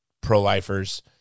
pro-lifers